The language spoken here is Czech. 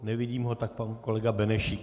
Nevidím ho, tak pan kolega Benešík.